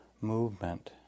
Movement